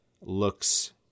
looks